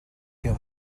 you